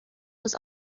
was